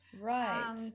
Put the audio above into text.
Right